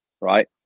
right